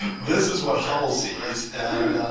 this is what hubble sees. and